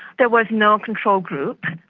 there was no control group.